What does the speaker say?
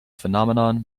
phenomenon